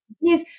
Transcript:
Yes